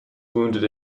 wounded